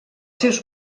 seus